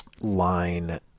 line